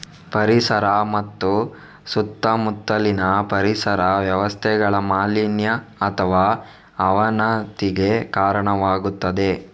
ಪರಿಸರ ಮತ್ತು ಸುತ್ತಮುತ್ತಲಿನ ಪರಿಸರ ವ್ಯವಸ್ಥೆಗಳ ಮಾಲಿನ್ಯ ಅಥವಾ ಅವನತಿಗೆ ಕಾರಣವಾಗುತ್ತದೆ